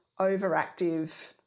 overactive